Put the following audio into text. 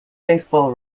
baseball